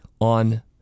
on